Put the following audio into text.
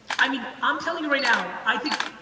i mean, i'm telling you right now, i think,